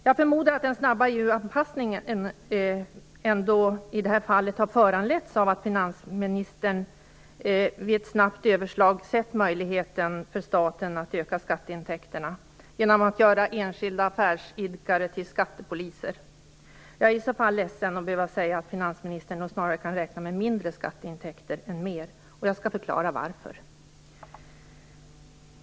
Jag förmodar att den snabba EU-anpassningen i det här fallet har föranletts av att finansministern vid ett snabbt överslag sett möjligheten för staten att öka skatteintäkterna genom att göra enskilda affärsidkare till skattepoliser. Jag är i så fall ledsen att behöva säga att finansministern snarare kan räkna med mindre skatteintäkter än mer. Jag skall förklara varför.